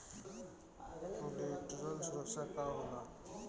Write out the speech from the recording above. Collateral सुरक्षा का होला?